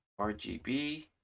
RGB